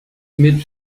mit